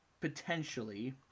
potentially